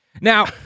Now